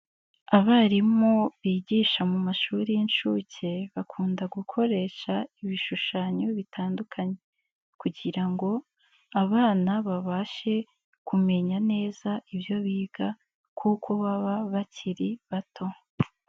Abarimu bigisha mu mashuri y'incshuke bakunda gukoresha ibishushanyo bitandukanye, kugira ngo abana babashe kumenya neza ibyo biga kuko baba bakiri bato.